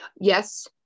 Yes